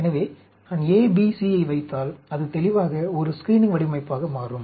எனவே நான் A B C ஐ வைத்தால் அது தெளிவாக ஒரு ஸ்க்ரீனிங் வடிவமைப்பாக மாறும்